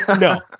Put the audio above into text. No